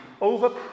over